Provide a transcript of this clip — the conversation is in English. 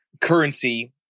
currency